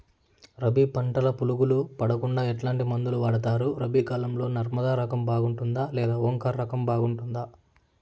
రబి పంటల పులుగులు పడకుండా ఎట్లాంటి మందులు వాడుతారు? రబీ కాలం లో నర్మదా రకం బాగుంటుందా లేదా ఓంకార్ రకం బాగుంటుందా?